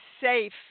safe